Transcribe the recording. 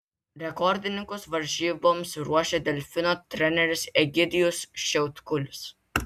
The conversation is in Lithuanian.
rekordininkus varžyboms ruošia delfino treneris egidijus šiautkulis